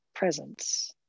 presence